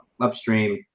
upstream